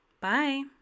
Bye